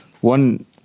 One